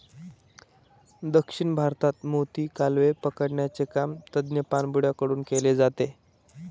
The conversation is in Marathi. दक्षिण भारतात मोती, कालवे पकडण्याचे काम तज्ञ पाणबुड्या कडून केले जाते